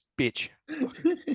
bitch